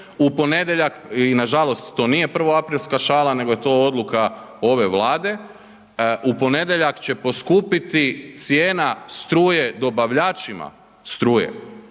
u ponedjeljak i nažalost to nije prvoaprilska šala nego je to odluka ove Vlade, u ponedjeljak će poskupiti cijena struje dobavljačima struje.